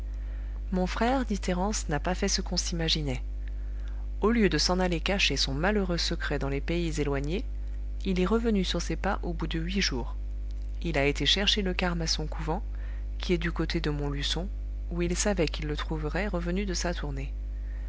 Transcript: mon frère dit thérence n'a pas fait ce qu'on s'imaginait au lieu de s'en aller cacher son malheureux secret dans les pays éloignés il est revenu sur ses pas au bout de huit jours il a été chercher le carme à son couvent qui est du côté de montluçon où il savait qu'il le trouverait revenu de sa tournée